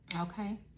Okay